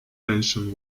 tension